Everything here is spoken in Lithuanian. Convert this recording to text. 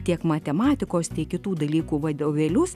tiek matematikos tiek kitų dalykų vadovėlius